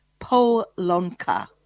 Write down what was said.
Polonka